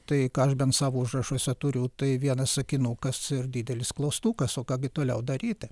tai ką aš bent savo užrašuose turiu tai vienas sakinukas ir didelis klaustukas o ką gi toliau daryti